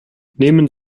nehmen